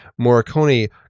Morricone